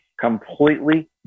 completely